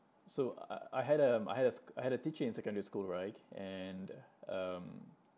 so uh I had a I had a sch~ I had a teacher in secondary school right and um